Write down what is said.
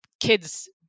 kids